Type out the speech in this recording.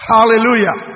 Hallelujah